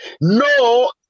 no